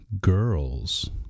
girls